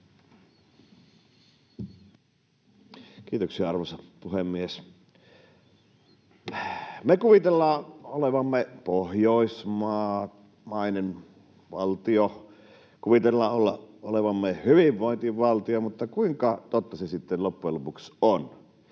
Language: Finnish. Kiitoksia, arvoisa puhemies! Me kuvitellaan olevamme pohjoismainen valtio, kuvitellaan olevamme hyvinvointivaltio, mutta kuinka totta se sitten loppujen lopuksi on?